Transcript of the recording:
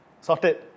Sorted